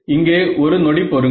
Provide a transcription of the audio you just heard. இங்கே ஒரு நொடி பொறுங்கள்